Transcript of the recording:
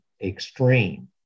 extreme